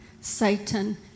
Satan